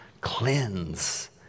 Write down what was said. cleanse